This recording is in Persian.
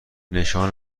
نشان